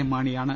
M മാണിയാണ്